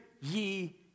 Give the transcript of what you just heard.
ye